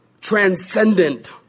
transcendent